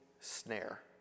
snare